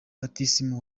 batisimu